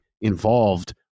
involved